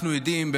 אנחנו יודעים,